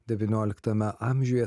devynioliktame amžiuje